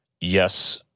Yes